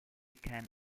can